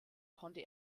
konnte